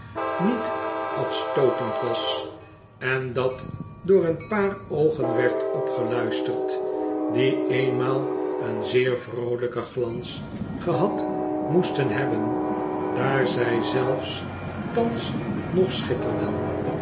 niet afstootend was en dat door een paar oogen werd opgeluisterd die eenmaal een zeer vroolijken glans gehad moesten hebben daar zij zelfs thans nog schitterden